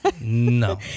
No